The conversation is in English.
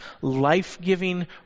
life-giving